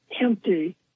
Empty